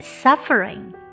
suffering